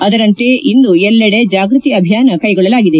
ಅದರಂತೆ ಇಂದು ಎಲ್ಲೆಡೆ ಜಾಗ್ನತಿ ಅಭಿಯಾನ ಕೈಗೊಳ್ಳಲಾಗಿದೆ